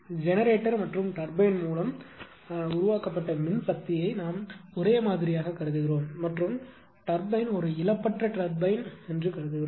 generator மற்றும் turbine மூலம் உருவாக்கப்பட்ட மின்சக்தியை நாம் ஒரே மாதிரியாக கருதுகிறோம் மற்றும் டர்பைன் ஒரு இழப்பற்ற டர்பைன்என்று கருதுகிறோம்